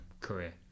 career